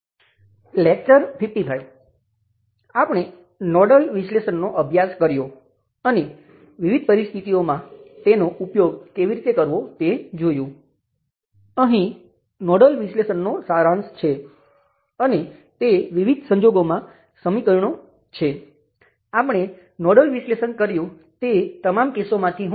હવે આપણે જોઈશું કે કરંટ નિયંત્રિત વોલ્ટેજ સ્ત્રોત ધરાવતી સર્કિટ માટે મેશ વિશ્લેષણ કેવી રીતે કરવું